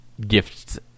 gifts